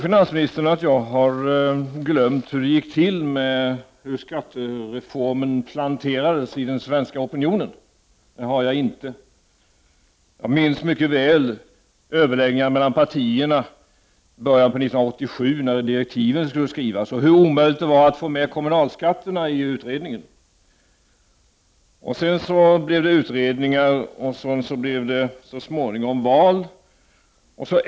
Finansministern tror att jag har glömt hur det gick till när skattereformen planterades i den svenska opinionen. Jag har inte glömt det. Jag minns mycket väl överläggningar mellan partierna i början av 1987 när direktiven skulle skrivas, och hur omöjligt det var att få med kommunalskatterna i utredningen. Det blev sedan utredningar och så småningom blev det val.